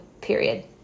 Period